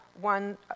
one